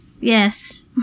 Yes